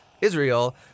Israel